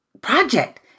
project